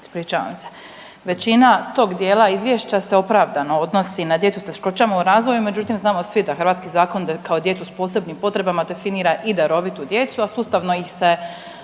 Ispričavam se. Većina tog dijela izvješća se opravdano odnosi na djecu s teškoćama u razvoju. Međutim, znamo svi da hrvatski zakon kao djecu s posebnom potrebama definira i darovitu djecu, a sustavno ih se